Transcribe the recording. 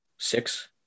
Six